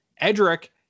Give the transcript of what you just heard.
Edric